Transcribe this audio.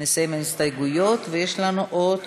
נסיים את ההסתייגויות, ויש לנו עוד